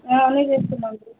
అనే చేస్తామండి